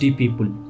people